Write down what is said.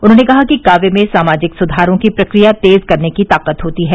उन्होंने कहा कि काव्य में सामाजिक सुधारों की प्रक्रिया तेज करने की ताकत होती है